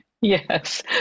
Yes